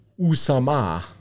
usama